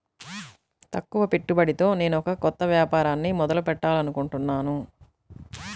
తక్కువ పెట్టుబడితో నేనొక కొత్త వ్యాపారాన్ని మొదలు పెట్టాలనుకుంటున్నాను